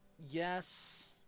Yes